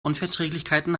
unverträglichkeiten